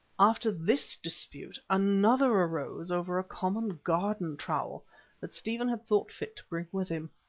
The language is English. after this dispute, another arose over a common garden trowel that stephen had thought fit to bring with him.